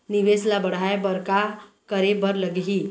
निवेश ला बढ़ाय बर का करे बर लगही?